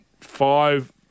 five